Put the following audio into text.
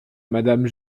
madame